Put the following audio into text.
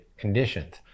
conditions